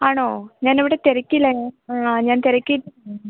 ആണോ ഞാൻ ഇവിടെ തിരക്കിലാണ് ആ ഞാൻ തിരക്കിലാണ്